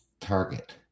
target